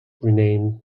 renamed